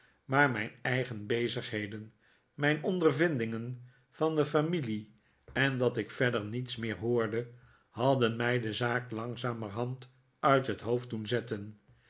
maar mijn eigen bezigheden mijn ondervindingen van de familie en dat ik verder niets meer hoorde hadden mij de zaak langzamerhand uit het hoofd doen zetten